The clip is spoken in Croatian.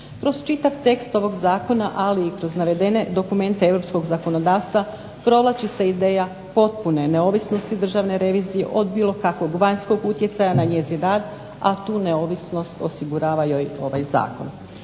Kroz čitav tekst ovog zakona, ali i kroz navedene dokumente europskog zakonodavstva provlači se ideja potpune neovisnosti Državne revizije od bilo kakvog vanjskog utjecaja na njezin rad, a tu neovisnost osigurava joj ovaj zakon.